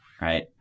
right